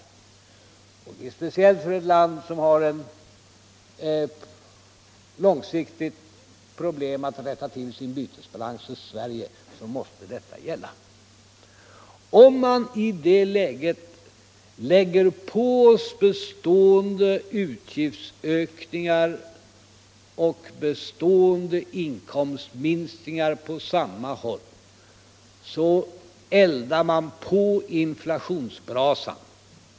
Detta måste speciellt vara fallet för ett land som Sverige, som har ett långsiktigt problem när det gäller att rätta till sin bytesbalans. Om man i det läget lägger till bestående utgiftsökningar och bestående inkomstminskningar "samma håll, eldar man på inflationsbrasan.